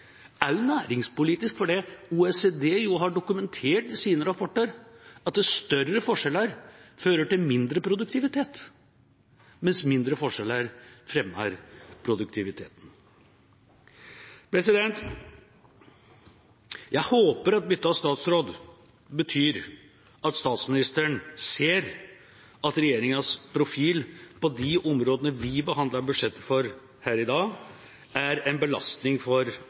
også næringspolitisk. For OECD har dokumentert i sine rapporter at større forskjeller fører til mindre produktivitet, mens mindre forskjeller fremmer produktivitet. Jeg håper at bytte av statsråd betyr at statsministeren ser at regjeringas profil på de områdene vi behandler budsjett for her i dag, er en belastning for